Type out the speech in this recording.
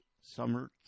Summer